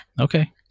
Okay